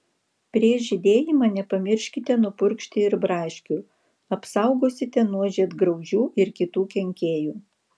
prieš žydėjimą nepamirškite nupurkšti ir braškių apsaugosite nuo žiedgraužių ir kitų kenkėjų